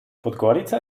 podgorica